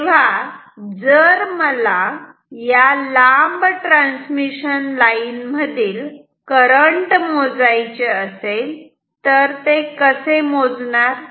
तेव्हा जर मला या लांब ट्रान्समिशन लाईन मधील करंट मोजायचे असेल तर ते कसे मोजणार